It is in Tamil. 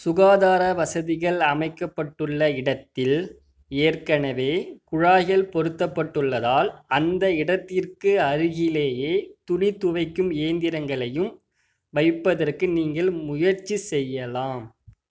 சுகாதார வசதிகள் அமைக்கப்பட்டுள்ள இடத்தில் ஏற்கனவே குழாய்கள் பொருத்தப்படுள்ளதால் அந்த இடத்திற்கு அருகிலேயே துணி துவைக்கும் இயந்திரங்களையும் வைப்பதற்கு நீங்கள் முயற்சி செய்யலாம்